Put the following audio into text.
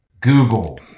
Google